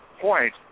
point